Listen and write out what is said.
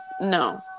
No